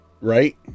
right